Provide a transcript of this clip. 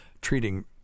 treating